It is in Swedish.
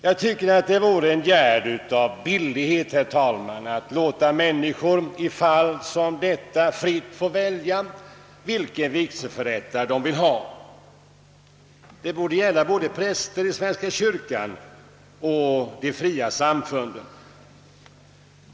Jag tycker att det vore en gärd av billighet, herr talman, att låta människor i fall som detta fritt få välja den vigselförrättare de vill ha. Det borde gälla både präster i svenska kyrkan och i de fria samfunden.